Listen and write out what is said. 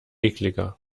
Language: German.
ekliger